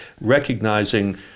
recognizing